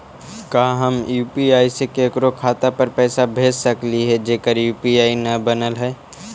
का हम यु.पी.आई से केकरो खाता पर पैसा भेज सकली हे जेकर यु.पी.आई न बनल है?